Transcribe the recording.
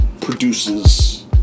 produces